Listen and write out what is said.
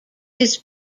his